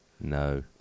No